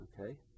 okay